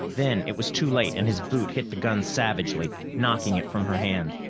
then it was too late, and his boot hit the gun savagely, knocking it from her hand.